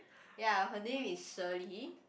ya her name is Sherley